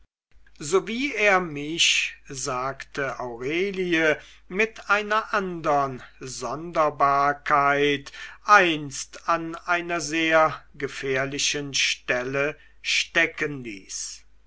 so wie er mich sagte aurelie mit einer andern sonderbarkeit einst an einer sehr gefährlichen stelle steckenließ